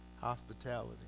hospitality